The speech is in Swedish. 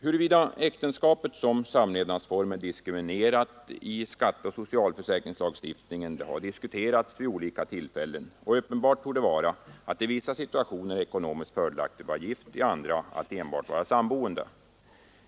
Huruvida äktenskapet som samlevnadsform är diskriminerat i skatteoch socialförsäkringslagstiftningen har diskuterats vid olika tillfällen, och uppenbart torde vara att det i vissa situationer är ekonomiskt fördelaktigt att vara gift, i andra fall att enbart vara samboende.